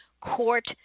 court